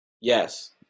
Yes